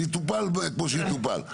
אז יטופל כמו שיטופל.